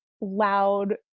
loud